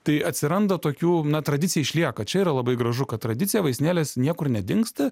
tai atsiranda tokių na tradicija išlieka čia yra labai gražu kad tradicija vaistinėlės niekur nedingsta